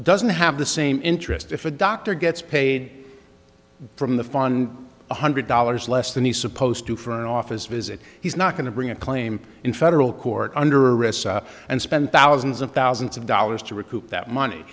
doesn't have the same interest if a doctor gets paid from the fund one hundred dollars less than he's supposed to for an office visit he's not going to bring a claim in federal court under a risk and spend thousands of thousands of dollars to recoup that money